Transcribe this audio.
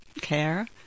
care